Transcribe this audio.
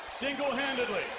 Single-handedly